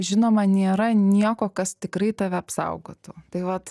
žinoma nėra nieko kas tikrai tave apsaugotų tai vat